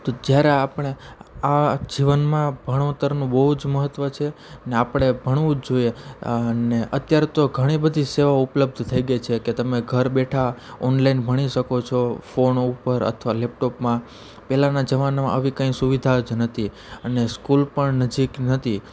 તો જ્યારે આપણે આ જીવનમાં ભણતરનું બહું જ મહત્વ છે ને આપણે ભણવું જ જોઈએ ને અત્યારે તો ઘણી બધી સેવાઓ ઉપલબ્ધ થઈ ગઈ છે તમે ઘર બેઠાં ઓનલેન ભણી શકો છો ફોનો ઉપર અથવા લેપટોપમાં પહેલાંનાં જમાનામાં આવી કંઇ સુવિધા જ નહોતી અને સ્કૂલ પણ નજીક નહોતી